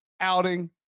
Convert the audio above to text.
outing